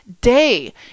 day